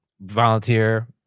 volunteer